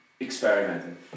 experimenting